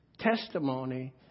Testimony